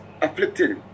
afflicted